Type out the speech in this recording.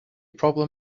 problem